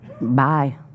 Bye